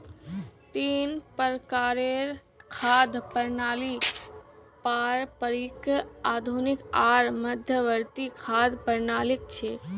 तीन प्रकारेर खाद्य प्रणालि पारंपरिक, आधुनिक आर मध्यवर्ती खाद्य प्रणालि छिके